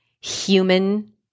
human